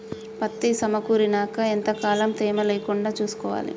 పత్తి సమకూరినాక ఎంత కాలం తేమ లేకుండా చూసుకోవాలి?